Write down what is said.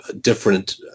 different